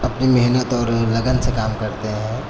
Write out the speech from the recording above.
अपनी मेहनत और लगन से काम करते हैं